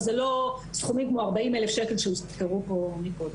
אבל זה לא סדרי הגודל של 40,000 שקל שדובר עליהם כאן קודם.